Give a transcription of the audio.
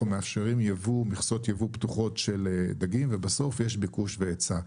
אנחנו מאפשרים מכסות ייבוא פתוחות של דגים ובסוף יש ביקוש והיצע.